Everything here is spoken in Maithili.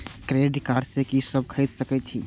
क्रेडिट कार्ड से की सब खरीद सकें छी?